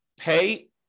pay